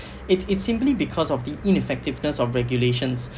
it is simply because of the ineffectiveness of regulations